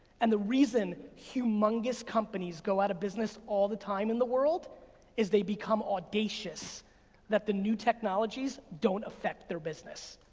and the reason humongous companies go out of business all the time in the world is they become audacious that the new technologies don't effect their business.